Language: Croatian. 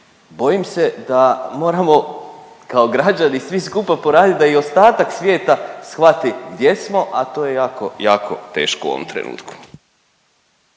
Bojim se da moramo kao građani svi skupa poraditi da i ostatak svijeta shvati gdje smo, a to je jako, jako teško u ovom trenutku.